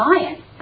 science